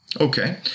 Okay